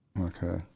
Okay